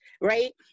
right